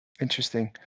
interesting